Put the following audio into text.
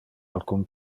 alcun